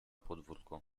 podwórko